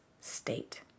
state